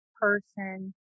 person